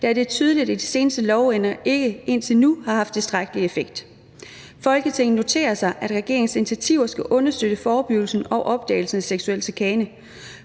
da det er tydeligt, at de seneste lovændringer ikke indtil nu har haft tilstrækkelig effekt. Folketinget noterer sig, at regeringens initiativer skal understøtte forebyggelsen og opdagelsen af seksuel chikane.